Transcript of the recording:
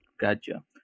Gotcha